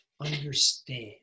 understand